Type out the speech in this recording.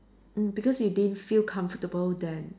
mm because we didn't feel comfortable then